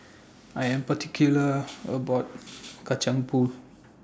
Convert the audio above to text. I Am particular about Kacang Pool